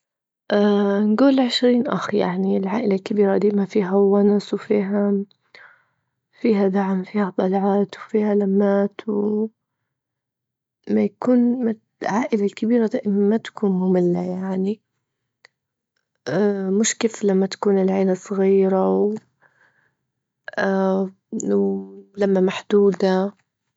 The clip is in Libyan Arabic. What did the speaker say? نجول عشرين أخ، يعني العائلة الكبيرة ديما فيها ونس، وفيها- فيها دعم، فيها طلعات، وفيها لمات، وما يكون- العائلة الكبيرة دائما ما تكون مملة يعني مش كيف لما تكون العيلة صغيرة ولما محدودة.